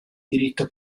diritto